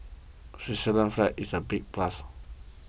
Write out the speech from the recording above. Switzerland's flag is a big plus